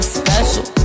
special